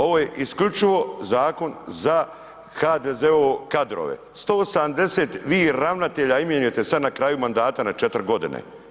Ovo je isključivo zakon za HDZ-ove kadrove, 180 vi ravnatelja imenujete sad na kraju mandata na 4 godine.